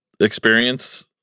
experience